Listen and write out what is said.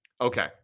Okay